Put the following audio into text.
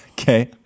Okay